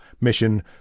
mission